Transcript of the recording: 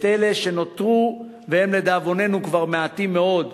את אלה שנותרו והם, לדאבוננו, כבר מעטים מאוד,